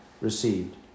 received